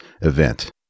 event